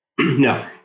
No